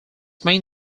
main